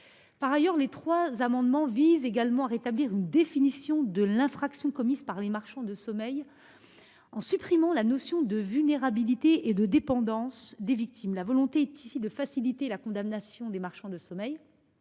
Par ailleurs, les trois amendements visent également à rétablir une définition de l’infraction commise par les marchands de sommeil en supprimant la notion de vulnérabilité et de dépendance de leurs victimes, et cela pour faciliter leur condamnation. La commission